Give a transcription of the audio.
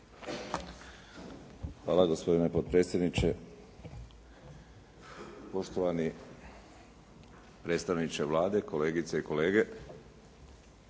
Hvala gospodine potpredsjedniče. Poštovani predstavniče Vlade, kolegice i kolege